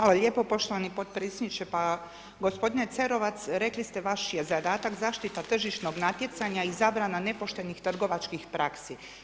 Hvala lijepa poštovani potpredsjedniče, pa gospodine Cerovac, rekli ste vaš je zadatak zaštita tržišnog natjecanja i zabrana nepoštenih trgovačkih praksi.